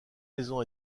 maisons